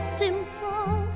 simple